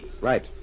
Right